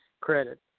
credit